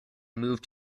moved